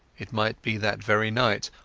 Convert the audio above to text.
it might be that very night,